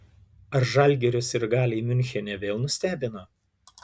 ar žalgirio sirgaliai miunchene vėl nustebino